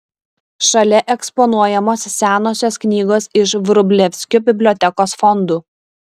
šalia eksponuojamos senosios knygos iš vrublevskių bibliotekos fondų